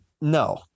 no